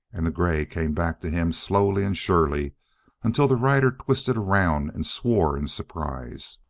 and the gray came back to him slowly and surely until the rider twisted around and swore in surprise.